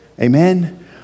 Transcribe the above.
Amen